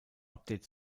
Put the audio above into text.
update